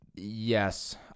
Yes